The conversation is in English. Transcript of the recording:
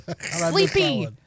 Sleepy